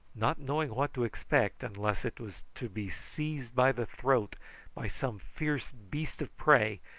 not knowing what to expect, unless it was to be seized by the throat by some fierce beast of prey,